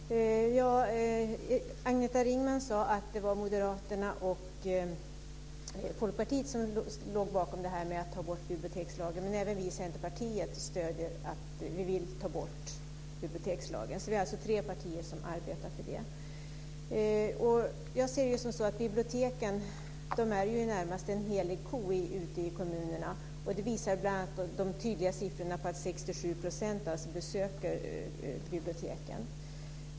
Fru talman! Agneta Ringman sade att Moderaterna och Folkpartiet låg bakom förslaget att ta bort bibliotekslagen. Även vi från Centerpartiet vill ta bort den. Det är alltså tre partier som arbetar för det. Biblioteken är närmast en helig ko ute i kommunerna. Det visar bl.a. tydliga siffror. 67 % besöker biblioteken.